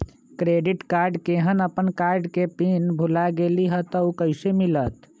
Credit card केहन अपन card के पिन भुला गेलि ह त उ कईसे मिलत?